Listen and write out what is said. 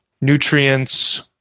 nutrients